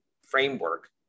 framework